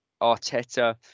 Arteta